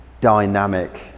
dynamic